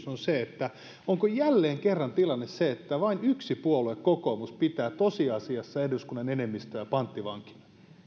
on se että onko jälleen kerran tilanne se että vain yksi puolue kokoomus pitää tosiasiassa eduskunnan enemmistöä panttivankina